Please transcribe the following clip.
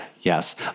Yes